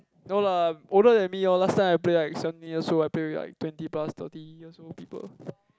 no lah older than me lor last time I play like seventeen years old I play with like twenty plus thirty years old people